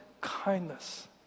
kindness